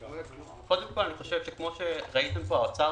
כפי שראיתם, האוצר